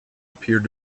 appeared